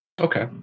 Okay